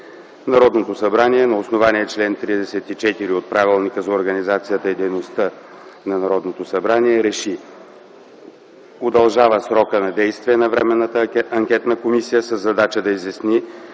„Народното събрание на основание чл. 34 от Правилника за организацията и дейността на Народното събрание РЕШИ: Удължава срока на действие на Временната анкетна комисия със задача да изясни